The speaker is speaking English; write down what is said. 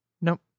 nope